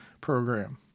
program